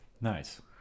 Nice